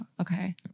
okay